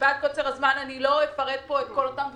מפאת קוצר הזמן לא אפרט פה את כל אותם דברים,